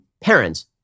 parents